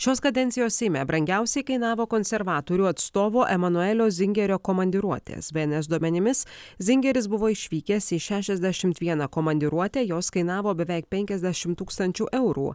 šios kadencijos seime brangiausiai kainavo konservatorių atstovo emanuelio zingerio komandiruotės bns duomenimis zingeris buvo išvykęs į šešiasdešimt vieną komandiruotę jos kainavo beveik penkiasdešim tūkstančių eurų